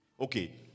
Okay